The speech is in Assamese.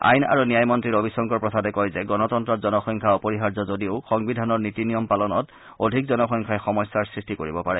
আইন আৰু ন্যায় মন্ত্ৰী ৰবিশংকৰ প্ৰসাদে কয় যে গণতন্ত্ৰত জনসংখ্যা অপৰিহাৰ্য যদিও সংবিধানৰ নীতি নিয়ম পালনত অধিক জনসংখ্যাই সমস্যাৰ সৃষ্টি কৰিব পাৰে